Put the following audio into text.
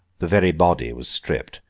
the very body was stripped,